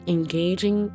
Engaging